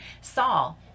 Saul